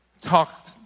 Talk